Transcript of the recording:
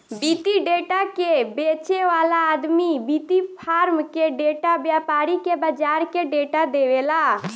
वित्तीय डेटा के बेचे वाला आदमी वित्तीय फार्म के डेटा, व्यापारी के बाजार के डेटा देवेला